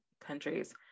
countries